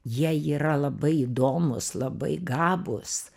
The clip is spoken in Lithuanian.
jie yra labai įdomūs labai gabūs